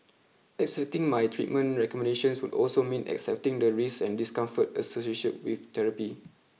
accepting my treatment recommendations would also mean accepting the risks and discomfort associated with therapy